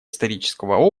исторического